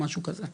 או משהו כזה,